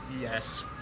Yes